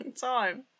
time